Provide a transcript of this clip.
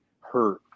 hurt